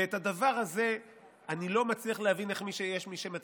ואת הדבר הזה אני לא מצליח להבין איך יש מי שמצדיק.